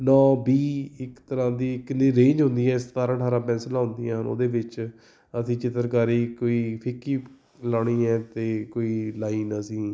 ਨੌ ਬੀ ਇੱਕ ਤਰ੍ਹਾਂ ਦੀ ਇੱਕ ਰੇਂਜ ਹੁੰਦੀ ਹੈ ਸਤਾਰ੍ਹਾਂ ਅਠਾਰ੍ਹਾਂ ਪੈਨਸਲਾਂ ਹੁੰਦੀਆਂ ਹਨ ਉਹਦੇ ਵਿੱਚ ਅਸੀਂ ਚਿੱਤਰਕਾਰੀ ਕੋਈ ਫਿੱਕੀ ਲਾਉਣੀ ਹੈ ਅਤੇ ਕੋਈ ਲਾਈਨ ਅਸੀਂ